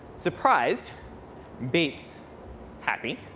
surprised beats happy,